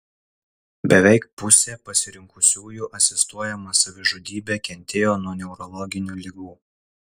beveik pusė pasirinkusiųjų asistuojamą savižudybę kentėjo nuo neurologinių ligų